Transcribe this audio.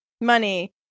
money